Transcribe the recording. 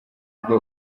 ubwo